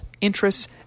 interests